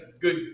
good